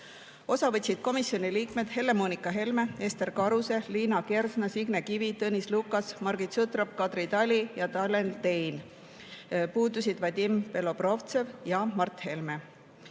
Osa võtsid komisjoni liikmed [Heljo Pikhof,] Helle-Moonika Helme, Ester Karuse, Liina Kersna, Signe Kivi, Tõnis Lukas, Margit Sutrop, Kadri Tali ja Tanel Tein. Puudusid Vadim Belobrovtsev ja Mart Helme.